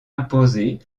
imposer